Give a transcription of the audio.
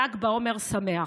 ל"ג בעומר שמח.